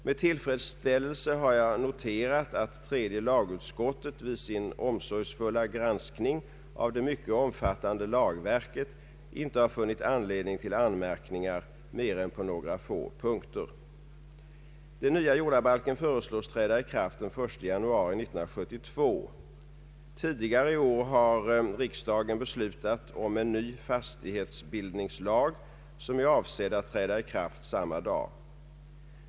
Med tillfredsställelse har jag noterat att tredje lagutskottet vid sin omsorgsfulla granskning av det mycket omfattande lagverket inte har funnit anledning till anmärkningar mer än på några få punkter. Den nya jordabalken föreslås träda i kraft den 1 januari 1972. Tidigare i år har riksdagen beslutat om en ny fastighetsbildningslag, som avses träda i kraft samma dag.